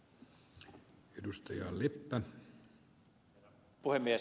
herra puhemies